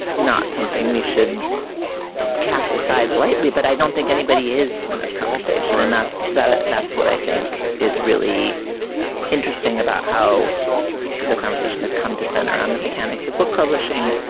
not something we should cast aside lightly. but i don't think anybody is in this conversation, and that's ah that's what i think is really interesting about how the conversation has come to center on the mechanics of book publishing.